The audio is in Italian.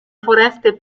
foreste